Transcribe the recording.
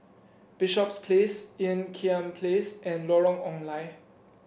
Bishops Place Ean Kiam Place and Lorong Ong Lye